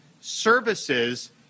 services